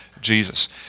Jesus